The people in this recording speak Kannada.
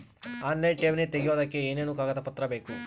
ಆನ್ಲೈನ್ ಠೇವಣಿ ತೆಗಿಯೋದಕ್ಕೆ ಏನೇನು ಕಾಗದಪತ್ರ ಬೇಕು?